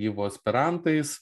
yvo aspirantais